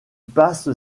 passe